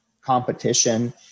competition